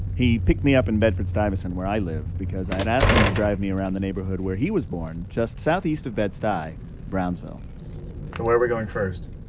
he picked me up in bedford-stuyvesant, where i live, because i'd asked him to drive me around the neighborhood where he was born just southeast of bed-stuy brownsville so where are we going first?